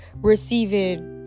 receiving